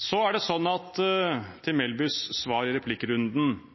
Så til Melbys svar i replikkrunden: Poenget vårt er at barnehageeierne oppretter eiendomsselskaper for å gjøre det